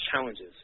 challenges